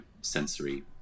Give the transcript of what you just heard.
sensory